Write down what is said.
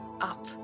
up